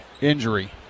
injury